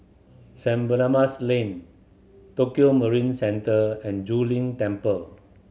St Barnabas Lane Tokio Marine Centre and Zu Lin Temple